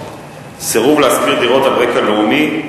סירוב להשכיר דירות על רקע לאומי,